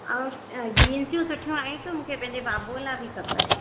ऐं अ जींसू सुठियूं आयूं अथव मूंखे पहिंजे बाबू लाइ बि खपनि